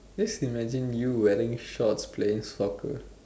just imagine you wearing shorts playing soccer